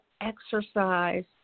exercise